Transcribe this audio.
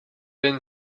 been